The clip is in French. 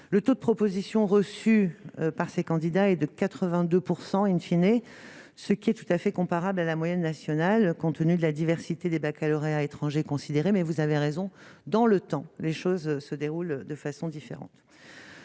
le taux de propositions reçues par ces candidats et de 82 % in fine et ce qui est tout à fait comparable à la moyenne nationale, compte tenu de la diversité des baccalauréats étrangers considérés, mais vous avez raison dans le temps, les choses se déroulent de façon différente,